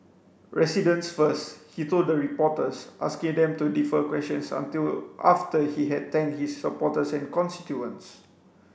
residents first he told the reporters asking them to defer questions until after he had thanked his supporters and constituents